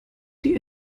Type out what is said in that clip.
die